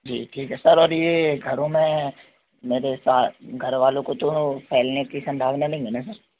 जी ठीक है सर और ये घरों में मेरे साथ घरवालों को तो फैलने की सम्भावना नहीं है ना सर